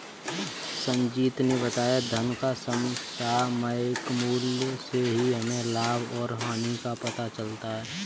संजीत ने बताया धन का समसामयिक मूल्य से ही हमें लाभ और हानि का पता चलता है